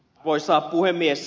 arvoisa puhemies